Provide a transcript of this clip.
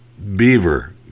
beaver